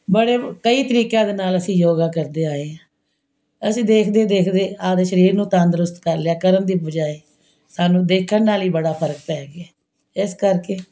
ਬੜੇ ਕਈ ਤਰੀਕਿਆਂ ਦੇ ਨਾਲ ਅਸੀਂ ਯੋਗਾ ਕਰਦੇ ਆਏ ਹਾਂ ਅਸੀਂ ਦੇਖਦੇ ਦੇਖਦੇ ਆਪਦੇ ਸਰੀਰ ਨੂੰ ਤੰਦਰੁਸਤ ਕਰ ਲਿਆ ਕਰਨ ਦੀ ਬਜਾਏ ਸਾਨੂੰ ਦੇਖਣ ਨਾਲ ਹੀ ਬੜਾ ਫਰਕ ਪੈ ਗਿਆ ਹੈ ਇਸ ਕਰਕੇ